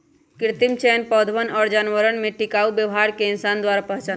कृत्रिम चयन पौधवन और जानवरवन में टिकाऊ व्यवहार के इंसान द्वारा पहचाना हई